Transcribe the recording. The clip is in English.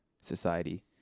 society